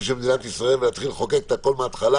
של מדינת ישראל ולהתחיל לחוקק הכול מההתחלה.